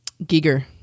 Giger